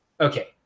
Okay